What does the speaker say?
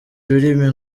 ururimi